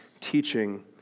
teaching